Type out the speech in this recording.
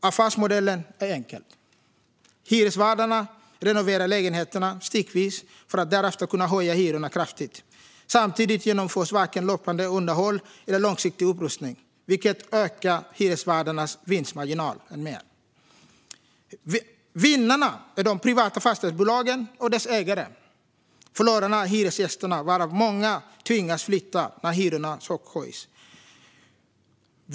Affärsmodellen är enkel: Hyresvärdarna renoverar lägenheterna styckvis för att därefter kunna höja hyrorna kraftigt. Samtidigt genomförs varken löpande underhåll eller långsiktig upprustning, vilket ökar hyresvärdarnas vinstmarginal än mer. Vinnarna är de privata fastighetsbolagen och deras ägare. Förlorarna är hyresgästerna, varav många tvingas flytta när hyrorna chockhöjs.